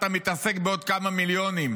אתה מתעסק בעוד כמה מיליונים.